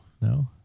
No